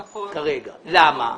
למה?